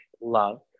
love